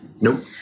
Nope